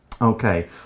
Okay